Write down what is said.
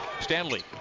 Stanley